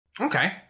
Okay